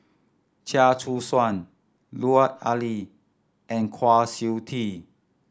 Chia Choo Suan Lut Ali and Kwa Siew Tee